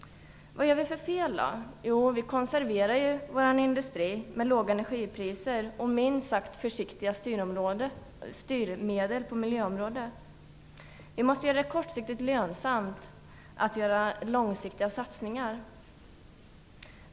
Vad gör vi då för fel? Jo, vi konserverar ju vår industri i och med låga energipriser och minst sagt försiktiga styrmedel på miljöområdet. Vi måste göra det kortsiktigt lönsamt att göra långsiktiga satsningar.